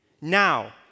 now